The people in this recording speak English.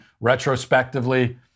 retrospectively